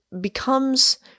becomes